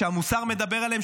שהמוסר מדבר עליהן,